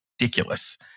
ridiculous